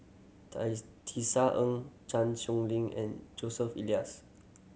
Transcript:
Tisa Ng Chan Sow Lin and Joseph Elias